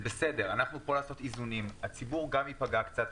זה בסדר, הציבור גם ייפגע קצת.